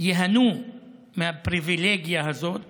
ייהנו מהפריבילגיה הזאת